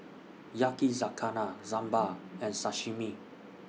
Yakizakana Sambar and Sashimi